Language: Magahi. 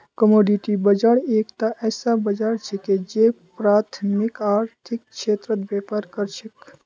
कमोडिटी बाजार एकता ऐसा बाजार छिके जे प्राथमिक आर्थिक क्षेत्रत व्यापार कर छेक